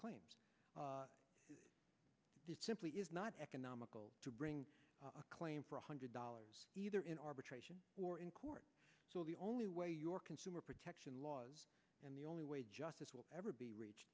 claims simply is not economical to bring a claim for one hundred dollars either in arbitration or in court so the only way your consumer protection laws and the only way justice will ever be reached